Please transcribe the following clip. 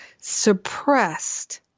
suppressed